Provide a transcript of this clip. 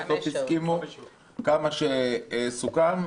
כמה שסוכם.